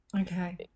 okay